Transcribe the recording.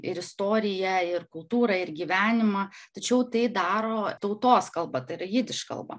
ir istoriją ir kultūrą ir gyvenimą tačiau tai daro tautos kalba tai yra jidiš kalba